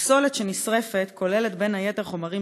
הפסולת שנשרפת כוללת בין היתר חומרים